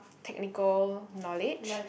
technical knowledge